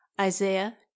isaiah